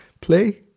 play